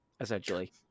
essentially